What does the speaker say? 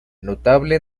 notable